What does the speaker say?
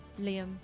liam